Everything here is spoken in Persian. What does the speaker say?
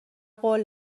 قول